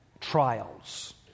trials